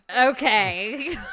Okay